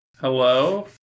Hello